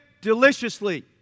deliciously